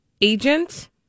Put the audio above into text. agent